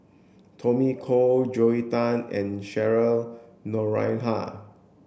Tommy Koh Joel Tan and Cheryl Noronha